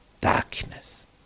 darkness